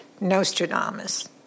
Nostradamus